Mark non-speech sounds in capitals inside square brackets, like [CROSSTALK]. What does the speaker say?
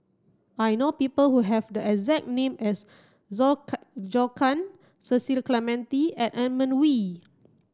I know people who have the exact name as Zhou [UNINTELLIGIBLE] Zhou Can Cecil Clementi and Edmund Wee